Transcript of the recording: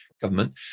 government